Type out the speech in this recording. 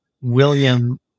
William